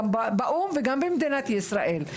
גם באו"ם וגם במדינת ישראל.